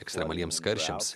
ekstremaliems karščiams